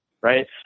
right